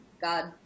god